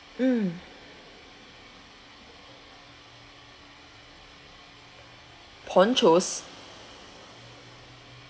mm ponchos